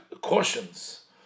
cautions